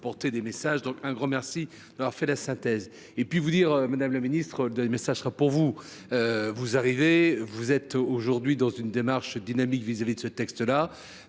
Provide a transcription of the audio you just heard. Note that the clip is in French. vous êtes aujourd’hui dans une démarche dynamique à l’égard de ce texte.